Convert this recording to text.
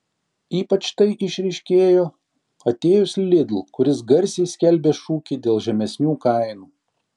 ypač tai išryškėjo atėjus lidl kuris garsiai skelbė šūkį dėl žemesnių kainų